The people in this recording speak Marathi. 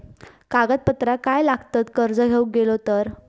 कागदपत्रा काय लागतत कर्ज घेऊक गेलो तर?